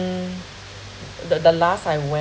the the last I went